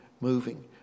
moving